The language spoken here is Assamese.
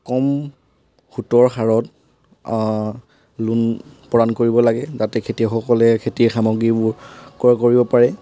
কম সুতৰ হাৰত লোন প্ৰদান কৰিব লাগে যাতে খেতিয়কসকলে খেতি সামগ্ৰীবোৰ ক্ৰয় কৰিব পাৰে